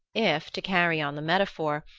if, to carry on the metaphor,